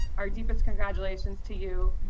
our deepest congratulations to you.